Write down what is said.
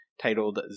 titled